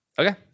Okay